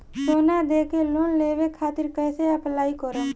सोना देके लोन लेवे खातिर कैसे अप्लाई करम?